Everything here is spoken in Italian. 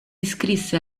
iscrisse